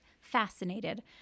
fascinated